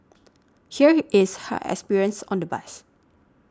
here is her experience on the bus